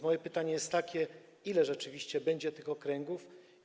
Moje pytanie jest takie: Ile rzeczywiście będzie tych okręgów?